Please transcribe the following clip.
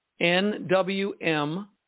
NWM